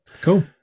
Cool